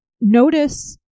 notice